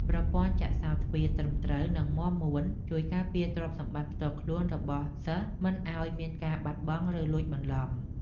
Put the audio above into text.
ប្រព័ន្ធចាក់សោរទ្វារត្រឹមត្រូវនិងមាំមួនជួយការពារទ្រព្យសម្បត្តិផ្ទាល់ខ្លួនរបស់សិស្សមិនឱ្យមានការបាត់បង់ឬលួចបន្លំ។